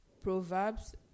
Proverbs